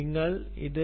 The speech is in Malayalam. വിദ്യാർത്ഥി അതെ